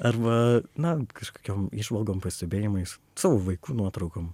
arba na kažkokiom įžvalgom pastebėjimais savo vaikų nuotraukom